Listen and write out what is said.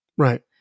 right